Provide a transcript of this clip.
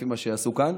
לפי מה שיעשו כאן,